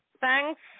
Thanks